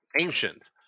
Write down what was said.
Ancient